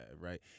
right